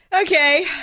Okay